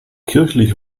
kirchlich